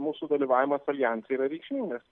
mūsų dalyvavimas aljanse yra reikšmingas